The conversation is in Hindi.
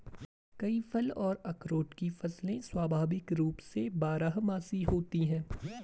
कई फल और अखरोट की फसलें स्वाभाविक रूप से बारहमासी होती हैं